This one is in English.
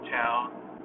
town